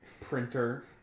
printer